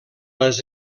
les